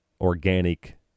organic